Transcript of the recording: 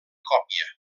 còpia